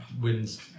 Wins